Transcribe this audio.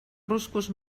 ruscos